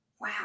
Wow